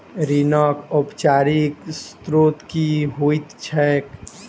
ऋणक औपचारिक स्त्रोत की होइत छैक?